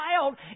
child